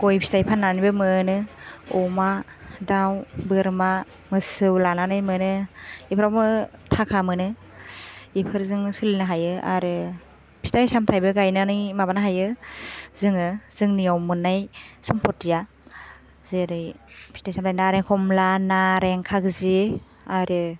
गय फिथाय फान्नानैबो मोनो अमा दाव बोरमा मोसौ लानानै मोनो एफ्रावबो थाखा मोनो इफोरजोंनो सोलिनो हायो आरो फिथाय सामथायबो गायनानै माबानो हायो जोङो जोंनियाव मोननाय सम्पथिया जेरै फिथाय सामथाय नारें खमला नारें खाग्जि आरो